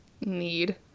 need